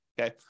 Okay